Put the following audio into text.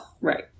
Right